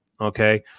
Okay